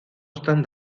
están